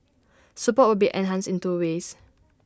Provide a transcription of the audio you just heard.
support will be enhanced in two ways